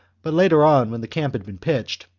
but later on, when the camp had been pitched,